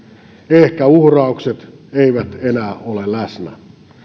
ehkä uhraukset eivät enää ole läsnä